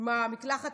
עם המקלחת